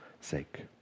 sake